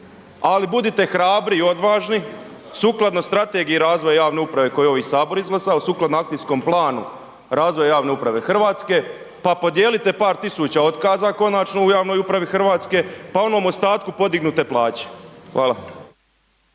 ali budite hrabri i odvažni sukladno strategiji razvoja javne uprave koji je ovi HS izglasao, sukladno akcijskom planu razvoja javne uprave RH, pa podijelite par tisuća otkaza konačno u javnoj upravi RH, pa onom ostatku podignite plaće. Hvala.